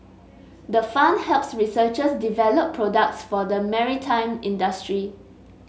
the fund helps researchers develop products for the maritime industry